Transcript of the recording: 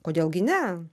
kodėl gi ne